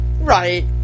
Right